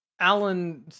alan